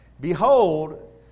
behold